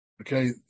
Okay